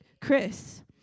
Chris